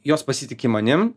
jos pasitiki manim